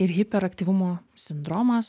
ir hiperaktyvumo sindromas